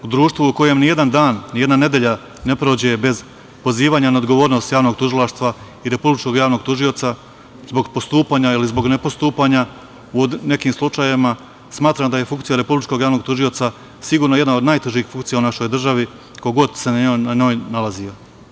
U društvu u kojem ni jedan dan, ni jedna nedelja, ne prođe bez pozivanja na odgovornost Javnog tužilaštva i republičkog Javnog tužioca zbog postupanja ili zbog nepostupanja u nekim slučajevima, smatram da je funkcija republičkog Javnog tužioca sigurno jedna od najtežih funkcija u našoj državi, ko god se na njoj nalazio.